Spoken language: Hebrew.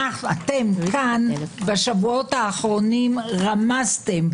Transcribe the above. אתם כאן בשבועות האחרונים רמסתם,